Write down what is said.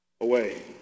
away